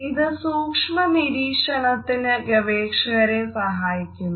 ഇത് സൂക്ഷ്മനിരീക്ഷണത്തിന് ഗവേഷകരെ സഹായിക്കുന്നു